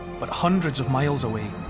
but hundreds of miles away.